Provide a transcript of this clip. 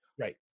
Right